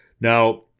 Now